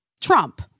Trump